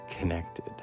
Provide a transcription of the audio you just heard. connected